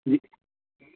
جی